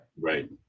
Right